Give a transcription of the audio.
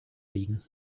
liegen